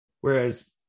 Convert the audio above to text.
Whereas